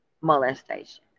molestation